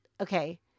okay